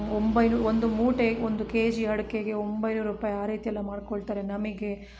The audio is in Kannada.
ಒಂಬೈನೂರು ಒಂದು ಮೂಟೆ ಒಂದು ಕೆಜಿ ಅಡಿಕೆಗೆ ಒಂಬೈನೂರು ರೂಪಾಯಿ ಆ ರೀತಿ ಎಲ್ಲ ಮಾಡಿಕೊಳ್ತಾರೆ ನಮಗೆ